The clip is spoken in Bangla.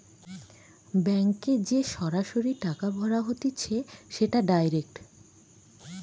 ব্যাংকে যে সরাসরি টাকা ভরা হতিছে সেটা ডাইরেক্ট